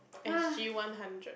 s_g one hundred